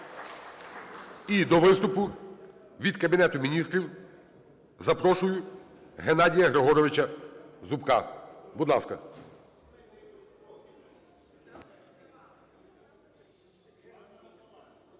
І до виступу від Кабінету Міністрів запрошую Геннадія Григоровича Зубка. Будь ласка.